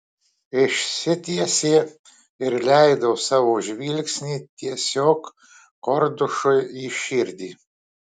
išsitiesė ir leido savo žvilgsnį tiesiog kordušui į širdį